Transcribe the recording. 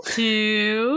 two